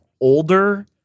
older